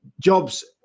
jobs